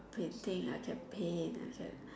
painting I can paint I can